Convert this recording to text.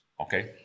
Okay